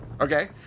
okay